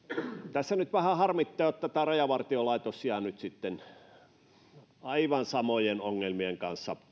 tässä nyt vähän harmittaa että rajavartiolaitos jää nyt aivan samojen ongelmien kanssa